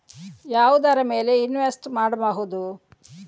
ಯಾವುದರ ಮೇಲೆ ಇನ್ವೆಸ್ಟ್ ಮಾಡಬಹುದು?